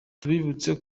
tubibutse